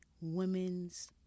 women's